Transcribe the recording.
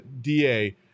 Da